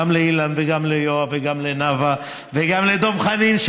גם לאילן וגם ליואב וגם לנאוה וגם לדב חנין,